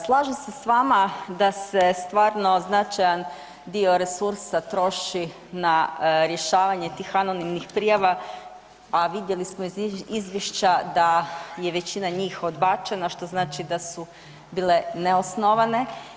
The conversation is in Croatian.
Slažem se sa vama da se stvarno značajan dio resursa troši na rješavanje tih anonimnih prijava, a vidjeli smo iz izvješća da je većina njih odbačena što znači da su bile neosnovane.